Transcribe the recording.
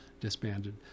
disbanded